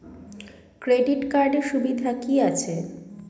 Credit কার্ডের সুবিধা কি আছে?